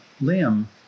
limb